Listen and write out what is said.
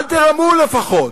אל תרמו, לפחות,